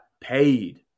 paid